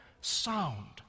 sound